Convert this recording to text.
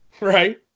Right